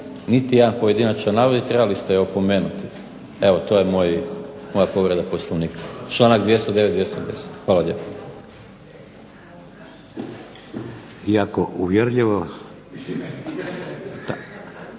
niti jedan pojedinačan navod i trebali ste je opomenuti, to je moja povreda Poslovnika. Članak 209., 210. Hvala lijepo.